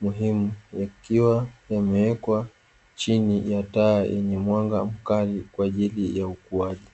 muhimu, yakiwa yamewekwa chini ya taa yenye mwanga mkali kwa ajili ya ukuaji.